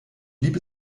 blieb